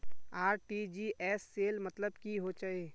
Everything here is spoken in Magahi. आर.टी.जी.एस सेल मतलब की होचए?